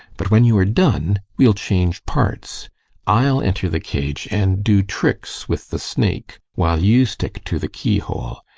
but when you are done, we'll change parts i'll enter the cage and do tricks with the snake while you stick to the key-hole.